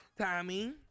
Tommy